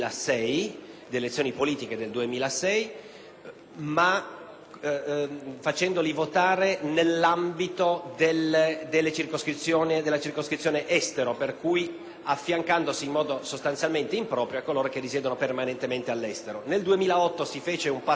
ma facendoli votare nell'ambito della circoscrizione Estero, affiancandosi pertanto in modo sostanzialmente improprio a coloro che risiedono permanentemente all'estero. Nel 2008 si fece un passo in più, facendo in modo che potessero votare